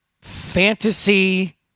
fantasy